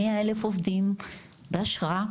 מאה אלף עובדים ואשרה,